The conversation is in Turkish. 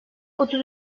otuz